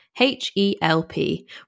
H-E-L-P